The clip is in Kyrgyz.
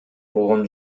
болгон